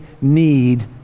need